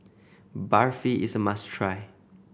barfi is a must try